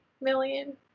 million